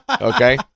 okay